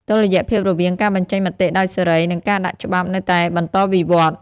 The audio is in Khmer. តុល្យភាពរវាងការបញ្ចេញមតិដោយសេរី និងការដាក់ច្បាប់នៅតែបន្តវិវឌ្ឍ។